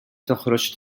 toħroġ